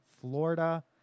Florida